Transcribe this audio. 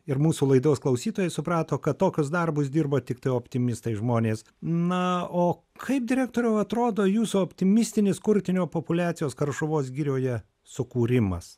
ir mūsų laidos klausytojai suprato kad tokius darbus dirba tiktai optimistai žmonės na o kaip direktoriau atrodo jūsų optimistinis kurtinio populiacijos karšuvos girioje sukūrimas